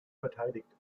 verteidigt